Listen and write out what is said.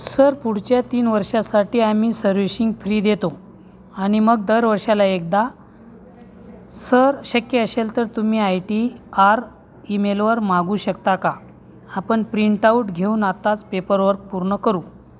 sir पुढच्या तीन वर्षासाठी आम्ही सर्व्हिशिंग फ्री देतो आणि मग दर वर्षाला एकदा सर शक्य असेल तर तुम्ही आय टी आर ईमेलवर मागू शकता का आपण प्रिंटआउट घेऊन आत्ताच पेपरवर्क पूर्ण करू